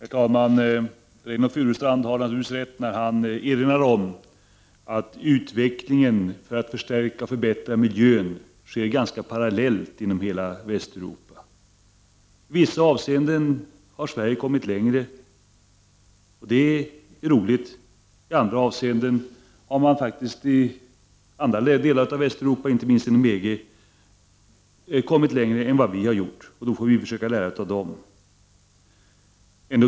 Herr talman! Reynoldh Furustrand hade naturligtvis rätt när han erinrade om att utvecklingen för att förbättra miljön sker ganska parallellt i hela Västeuropa. I vissa avseenden har Sverige kommit längre, och det är roligt. I andra avseenden har man faktiskt i andra länder i Västeuropa, inte minst i EG-länderna, kommit längre än Sverige, och då får Sverige lära sig av dessa länder.